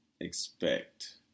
expect